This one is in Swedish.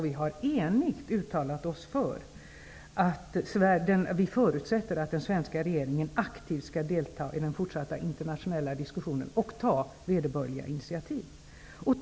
Vi har enigt uttalat oss för att vi förutsätter att den svenska regeringen aktivt skall delta i den fortsatta internationella diskussionen och ta vederbörliga initiativ.